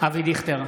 אבי דיכטר,